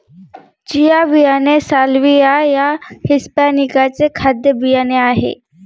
chia बियाणे Salvia या hispanica चे खाद्य बियाणे आहे